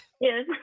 yes